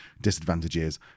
disadvantages